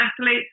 athletes